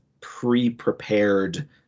pre-prepared